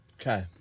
Okay